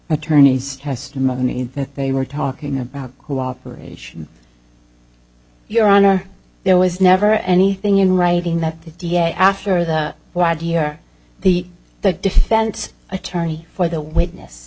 attorney's testimony that they were talking about who operation your honor there was never anything in writing that the da after the y dear the the defense attorney for the witness